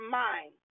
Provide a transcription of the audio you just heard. mind